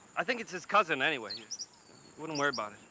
i think it's his cousin anyway. i wouldn't worry about